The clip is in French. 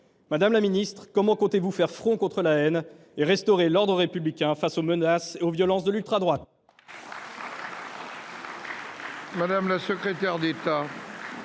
Madame la secrétaire d’État, comment comptez vous faire front contre la haine et restaurer l’ordre républicain face aux menaces et aux violences de l’ultradroite ?